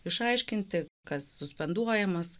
išaiškinti kas suspenduojamas